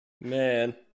Man